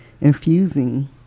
infusing